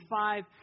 five